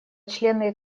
члены